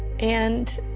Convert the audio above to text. and